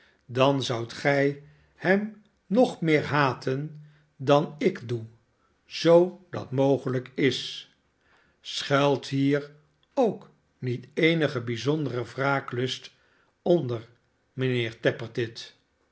dan zoudt gij hem nog meer haten dan ik doe zoo dat mogelijk is schuilt hier k niet eenige bijzondere wraaklust onder mijnheer